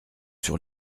sur